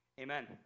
Amen